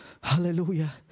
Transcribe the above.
Hallelujah